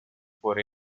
por